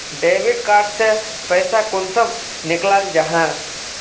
Debit card से पैसा कुंसम निकलाल जाहा?